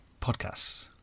podcasts